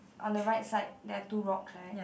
on the right side there have two rock right